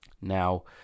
now